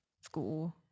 school